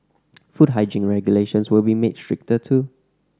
food hygiene regulations will be made stricter too